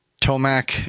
Tomac